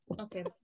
Okay